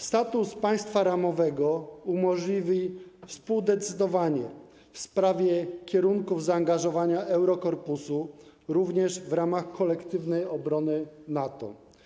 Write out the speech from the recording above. Status państwa ramowego umożliwi współdecydowanie w sprawie kierunków zaangażowania Eurokorpusu, również w ramach kolektywnej obrony NATO.